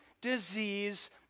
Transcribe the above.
disease